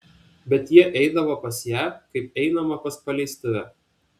bet jie eidavo pas ją kaip einama pas paleistuvę